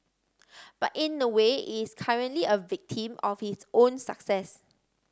but in a way it's currently a victim of its own success